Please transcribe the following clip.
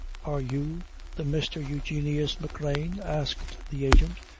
are you the mr. eugenius mcgrane, asked the agent,